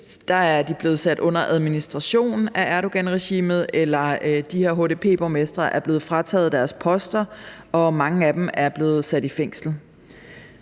er blevet sat under administration af Erdoganregimet, eller også er de her HDP-borgmestre blevet frataget deres poster, og mange af dem er blevet sat i fængsel.